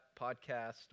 podcast